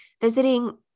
visiting